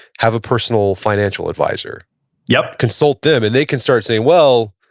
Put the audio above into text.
have a personal financial advisor yup consult them and they can start saying, well,